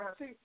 see